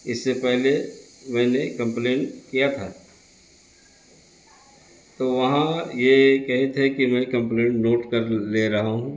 اس سے پہلے میں نے کمپلین کیا تھا تو وہاں یہ کہے تھے کہ میں کمپلین نوٹ کر لے رہا ہوں